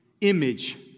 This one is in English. image